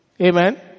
Amen